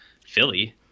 Philly